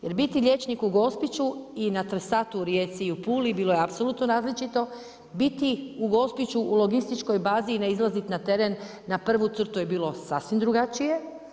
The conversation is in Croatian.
Jer biti liječnik u Gospiću i na Trsatu u Rijeci i u Pulu, bilo je apsolutno različito, biti u Gospiću u logističkoj bazi i ne izlaziti na teren, na prvu crto je bilo sasvim drugačije.